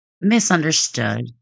misunderstood